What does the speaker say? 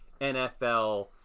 NFL